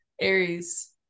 Aries